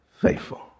faithful